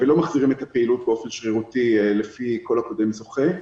ולא מחזירים את הפעילות באופן שרירותי לפי כל הקודם זוכה.